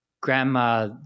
grandma